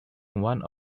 one